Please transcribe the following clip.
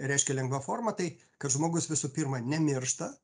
reiškia lengva forma tai kad žmogus visų pirma nemiršta